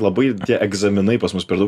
labai tie egzaminai pas mus per dau